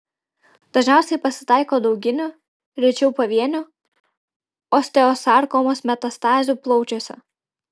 dažniausiai pasitaiko dauginių rečiau pavienių osteosarkomos metastazių plaučiuose